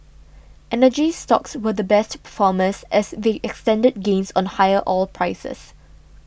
energy stocks were the best performers as they extended gains on higher oil prices